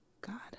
god